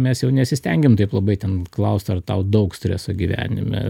mes jau nesistengiam taip labai ten klausti ar tau daug streso gyvenime